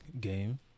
game